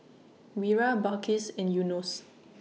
Wira Balqis and Yunos